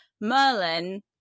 Merlin